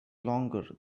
longer